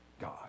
God